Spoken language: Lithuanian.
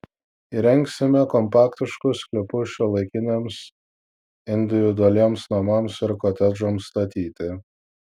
įrengsime kompaktiškus sklypus šiuolaikiniams individualiems namams ir kotedžams statyti